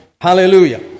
Hallelujah